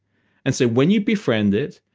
and so when you befriend it,